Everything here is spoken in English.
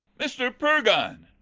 mr. purgon!